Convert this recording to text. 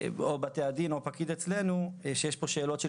בתי הדין או פקיד אצלנו שיש פה שאלות של